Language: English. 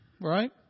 right